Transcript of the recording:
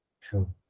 True